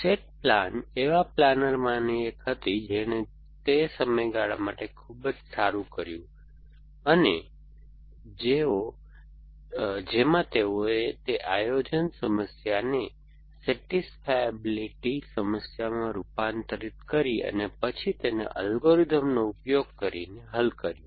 SAT plan એવા planner માની એક હતી જેણે તે સમયગાળા માટે ખૂબ જ સારું કર્યું અને જેમાં તેઓએ તે આયોજન સમસ્યાને સેટિસફાયેબિલિટી સમસ્યામાં રૂપાંતરિત કરી અને પછી તેને અલ્ગોરિધમનો ઉપયોગ કરીને હલ કર્યો